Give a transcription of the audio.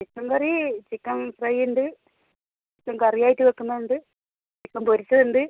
chicken curry chicken fry ഉണ്ട് chicken കറിയായിട്ട് വെക്കുന്നത് ഉണ്ട് ചിക്കൻ പൊരിച്ചതുണ്ട്